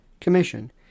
Commission